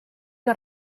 que